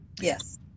yes